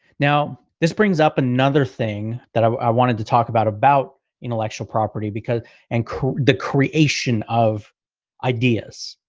now, this brings up another thing that um i wanted to talk about about intellectual property because and the creation of ideas.